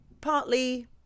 partly